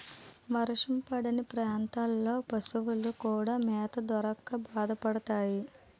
వర్షం పడని ప్రాంతాల్లో పశువులు కూడా మేత దొరక్క బాధపడతాయి